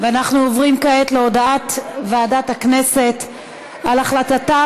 ואנחנו עוברים כעת להודעת ועדת הכנסת על החלטתה